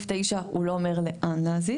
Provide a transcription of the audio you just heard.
בסעיף (9) הוא לא אומר לאן להזיז,